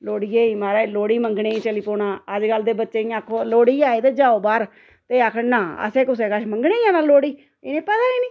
लोह्ड़ियै गी महाराज लोह्ड़ी मंगने गी चली पौना अज्जकल दे बच्चें गी लोह्ड़ी आई ते जाओ बाह्र ते आक्खी उड़ना असें कुसै कश मंगने गी जाना लोह्ड़ी इ'नें गी पता नी